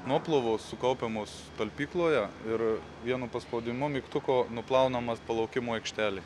nuoplovos sukaupiamos talpykloje ir vienu paspaudimu mygtuko nuplaunama palaukimo aikštelė